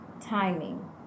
timing